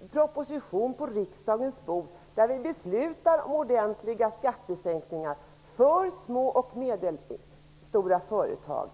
en proposition på riksdagens bord där vi föreslår ordentliga skattesänkningar för små och medelstora företag.